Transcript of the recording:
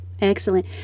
Excellent